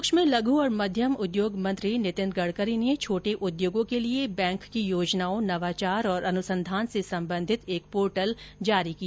सूक्ष्म लघ् और मध्यम उद्योग मंत्री नितिन गडकरी ने छोटे उद्योगों के लिए बैंक की योजनाओं नवाचार और अनुसंधान से संबंधित एक पोर्टल जारी किया